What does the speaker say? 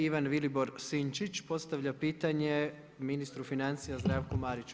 Ivan Vilibor Sinčić, postavlja pitanje ministru financija Zdravku Mariću.